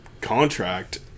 contract